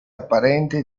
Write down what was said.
apparente